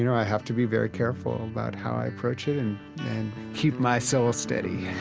you know i have to be very careful about how i approach it and keep my soul steady